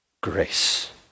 Grace